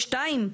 יש שתיים?